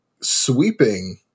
sweeping